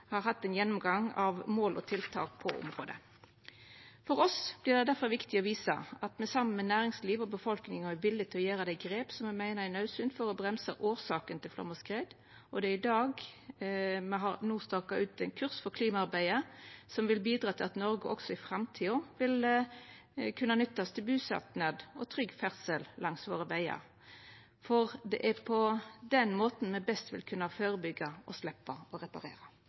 gjennomgang av mål og tiltak på området. For oss vert det difor viktig å visa at me saman med næringslivet og befolkninga er villige til å gjera dei grepa som me meiner er naudsynte for å bremsa årsakene til flaum og skred, og me har no staka ut ein kurs for klimaarbeidet som vil bidra til at Noreg òg i framtida vil kunna nyttast til busetnad og trygg ferdsel langs vegane våre. Det er på den måten me best vil kunna førebyggja og sleppa å reparera.